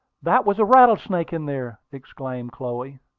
that was a rattlesnake in there! exclaimed chloe.